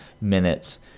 minutes